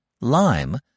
lime